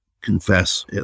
confess